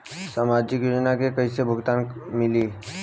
सामाजिक योजना से कइसे भुगतान मिली?